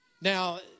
Now